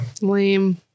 Lame